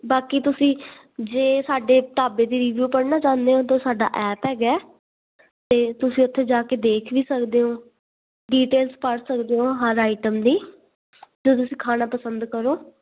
ਬਾਕੀ ਤੁਸੀਂ ਜੇ ਸਾਡੇ ਢਾਬੇ ਦੀ ਰੀਵਿਊ ਪੜਨਾ ਚਾਹੁੰਦੇ ਹੋ ਤਾਂ ਸਾਡਾ ਐਪ ਹੈਗਾ ਤੇ ਤੁਸੀਂ ਉੱਥੇ ਜਾ ਕੇ ਦੇਖ ਵੀ ਸਕਦੇ ਹੋ ਡੀਟੇਲਸ ਪੜ ਸਕਦੇ ਹੋ ਹਰ ਆਈਟਮ ਦੀ ਜੋ ਤੁਸੀਂ ਖਾਣਾ ਪਸੰਦ ਕਰੋ